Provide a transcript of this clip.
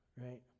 right